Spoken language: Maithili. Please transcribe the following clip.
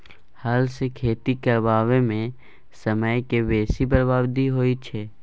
हल सँ खेती करबा मे समय केर बेसी बरबादी होइ छै